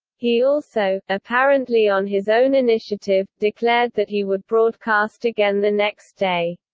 he also apparently on his own initiative declared that he would broadcast again the next day.